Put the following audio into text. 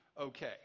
okay